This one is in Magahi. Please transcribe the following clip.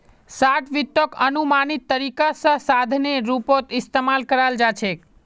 शार्ट वित्तक अनुमानित तरीका स साधनेर रूपत इस्तमाल कराल जा छेक